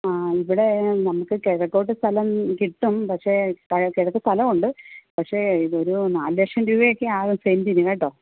ആ ഇവിടെ നമുക്ക് കിഴക്കോട്ട് സ്ഥലം കിട്ടും പക്ഷെ സ്ഥലം കിഴക്ക് സ്ഥലമുണ്ട് പക്ഷെ ഇതൊരു നാല് ലക്ഷം രൂപയൊക്കെയാവും സെൻറ്റിന് കേട്ടോ